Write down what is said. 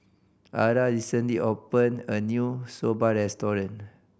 Arah recently opened a new Soba restaurant